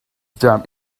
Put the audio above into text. damn